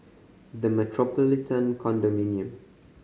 The Metropolitan Condominium